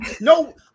No